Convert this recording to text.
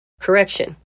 Correction